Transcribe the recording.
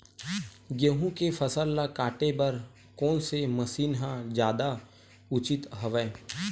गेहूं के फसल ल काटे बर कोन से मशीन ह जादा उचित हवय?